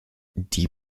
die